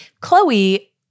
Chloe